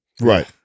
Right